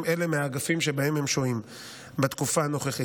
אלה מהאגפים שבהם הם שוהים בתקופה הנוכחית,